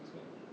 什么